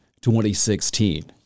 2016